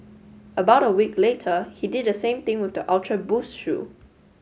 about a week later he did the same thing with the Ultra Boost shoe